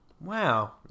Wow